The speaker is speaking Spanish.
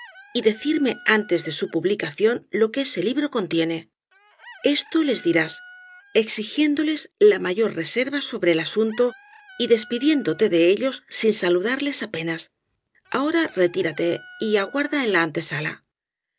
y decirme antes de su publicación lo que ese libro contiene esto les dirás exigiéndoles la mayor reserva sobre el asunto y despidiéndote de ellos sin saludarles apenas ahora retírate y aguarda en la antesala